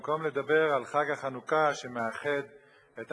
במקום לדבר על חג החנוכה שמאחד את עם